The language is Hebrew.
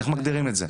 איך מגדירם את זה?